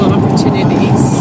opportunities